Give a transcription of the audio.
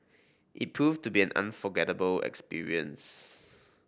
it proved to be an unforgettable experience